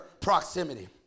proximity